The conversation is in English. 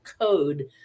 code